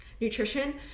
nutrition